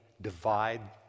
divide